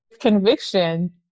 conviction